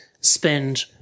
spend